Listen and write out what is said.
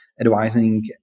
advising